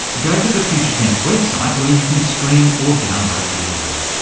go to the future tense website where you can stream or download the audio.